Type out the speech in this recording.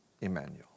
Emmanuel